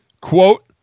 quote